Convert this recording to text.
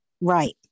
Right